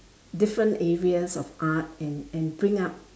different areas of art and and bring up